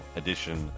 edition